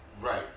Right